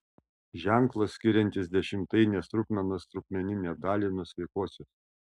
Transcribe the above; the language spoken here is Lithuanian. ženklas skiriantis dešimtainės trupmenos trupmeninę dalį nuo sveikosios